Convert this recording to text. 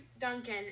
Duncan